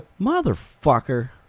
motherfucker